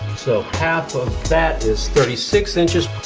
so half of that is thirty six inches.